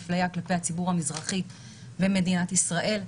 הפליה כלפי הציבור המזרחי במדינת ישראל.